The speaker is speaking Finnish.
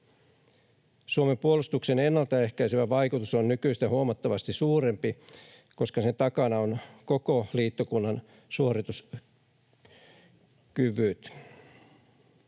Suomen puolustuksen ennaltaehkäisevä vaikutus on nykyistä huomattavasti suurempi, koska sen takana ovat koko liittokunnan suorituskyvyt.